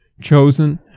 chosen